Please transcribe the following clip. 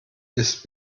ist